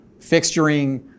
fixturing